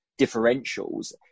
differentials